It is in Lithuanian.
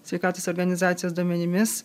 sveikatos organizacijos duomenimis